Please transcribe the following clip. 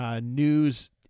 News